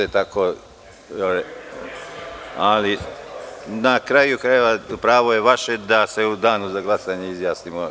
Na kraju krajeva, pravo je vaše da se u Danu za glasanje izjasnimo.